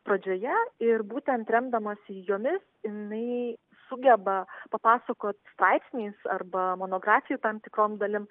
pradžioje ir būtent remdamasi jomis jinai sugeba papasakoti straipsniais arba monografijoje tam tikrom dalim